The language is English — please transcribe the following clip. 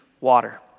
water